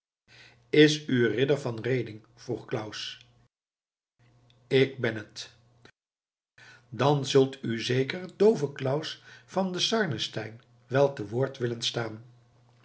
is u ridder van reding vroeg claus ik ben het dan zal u zeker dooven claus van den sarnenstein wel te woord willen staan